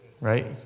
Right